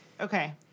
Okay